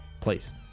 please